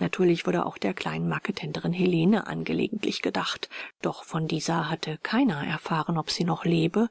natürlich wurde auch der kleinen marketenderin helene angelegentlich gedacht doch von dieser hatte keiner erfahren ob sie noch lebe